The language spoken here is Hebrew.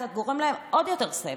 אתה גורם להם עוד יותר סבל.